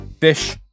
fish